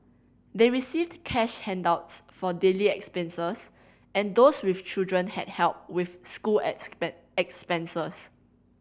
they received cash handouts for daily expenses and those with children had help with school expenses